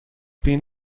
been